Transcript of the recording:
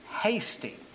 hasty